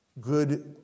good